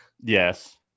Yes